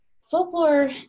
Folklore